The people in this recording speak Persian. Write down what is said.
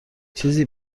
چیزی